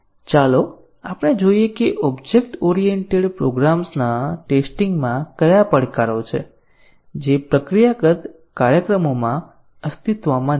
ચાલો આપણે જોઈએ કે ઓબ્જેક્ટ ઓરિએન્ટેડ પ્રોગ્રામ્સના ટેસ્ટીંગ માં કયા પડકારો છે જે પ્રક્રિયાગત કાર્યક્રમોમાં અસ્તિત્વમાં નથી